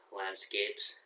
landscapes